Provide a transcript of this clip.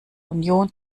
union